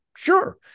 Sure